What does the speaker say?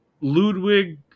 Ludwig